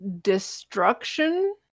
destruction